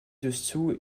dessous